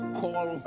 call